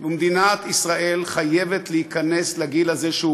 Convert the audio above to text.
מדינת ישראל חייבת להיכנס לגיל הזה,